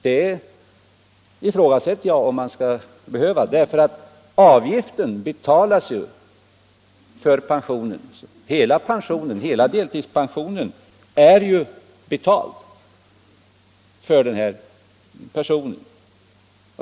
Jag ifrågasätter om man skall behöva det, med hänsyn till att avgiften för hela delpensionen ju är betald.